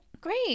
Great